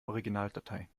originaldatei